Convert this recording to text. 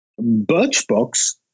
Birchbox